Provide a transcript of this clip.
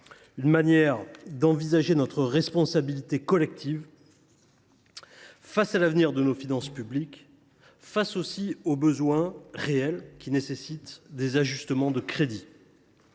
une manière d’envisager notre responsabilité collective face à l’avenir de nos finances publiques et face aux besoins, réels, qui nécessitent des ajustements de crédits.